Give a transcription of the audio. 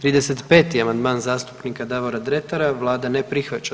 35. amandman zastupnika Davora Dretara, Vlada ne prihvaća.